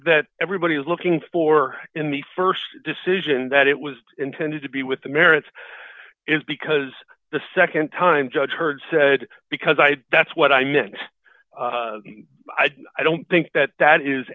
that everybody is looking for in the st decision that it was intended to be with the merits is because the nd time judge heard said because i that's what i meant i don't think that that is